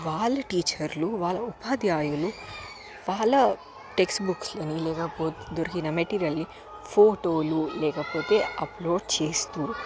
వాళ్ళ టీచర్లు వాళ్ళ ఉపాధ్యాయులు వాళ్ళ టెక్స్ట్బుక్స్లని లేకపోతే దొరికిన మెటీరియల్ని ఫోటోలు లేకపోతే అప్లోడ్ చేస్తూ